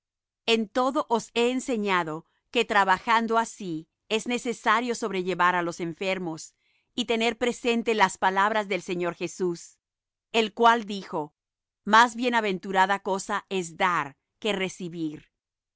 en todo os he enseñado que trabajando así es necesario sobrellevar á los enfermos y tener presente las palabras del señor jesús el cual dijo más bienaventurada cosa es dar que recibir